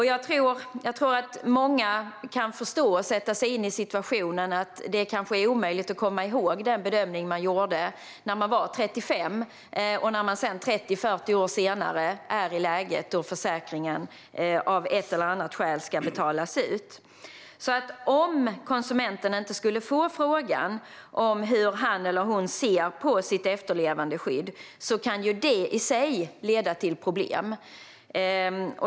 Jag tror att många kan förstå och sätta sig in i situationen att det kanske är omöjligt att komma ihåg den bedömning man gjorde när man var 35 år när man 30-40 år senare är i läget då försäkringen av ett eller annat skäl ska betalas ut. Om konsumenten inte skulle få frågan om hur han eller hon ser på sitt efterlevandeskydd kan ju det i sig leda till problem.